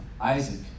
Isaac